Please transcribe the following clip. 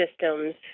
systems